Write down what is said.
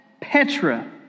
Petra